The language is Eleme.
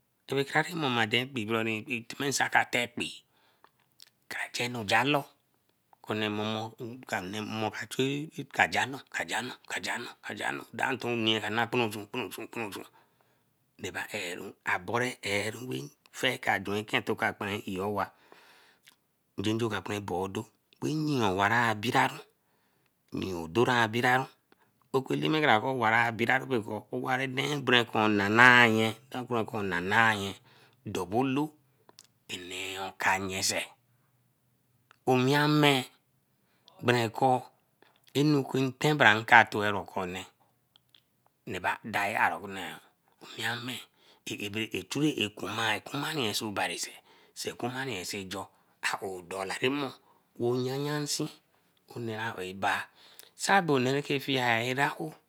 Tera kaki momoden ekpeee ti me nsan ka aden kpee. Kra jah anu jah lor. Konnee momo ka jar noo, ka ja noo, ka ja noo ja ton ka nee raba eru, abora eru fe eka juen eken tika kporun iyowa. Njo ka bore boo odo wey yea owa biraru, odo abiraru. Oku Eleme kara kor owarai biraru bakon owa ra nee berenkor nanah yen dor beloo bene oka nye sei. Owin ame berekor anu kinkor bra ka towari okun nee raba dieya. Echuri akun kuma ye, kuma yen so barise or kuma ye sai jor. Aowe dor arimo oyanyansi onnee ra baeba. Ane ra ke fiera aowe